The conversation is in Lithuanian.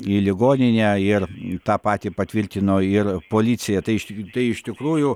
į ligoninę ir tą patį patvirtino ir policija tai iš tai iš tikrųjų